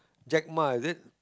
Jack-Ma is it